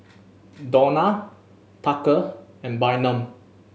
Dawna Tucker and Bynum